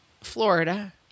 Florida